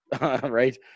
Right